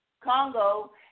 Congo